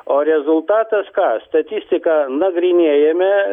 o rezultatas ką statistika nagrinėjame